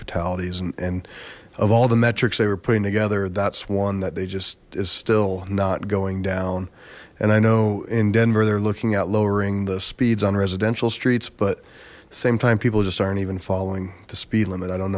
fatalities and of all the metrics they were putting together that's one that they just is still not going down and i know in denver they're looking at lowering the speeds on residential streets but the same time people just aren't even following the speed limit i don't